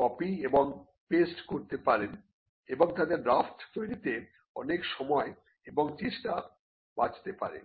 copy এবং paste copy paste করতে পারেন এবং তাতে ড্রাফ্ট তৈরিতে অনেক সময় এবং চেষ্টা বাঁচতে পারে